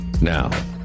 Now